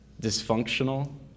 dysfunctional